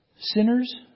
Sinners